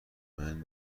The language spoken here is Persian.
مطمئن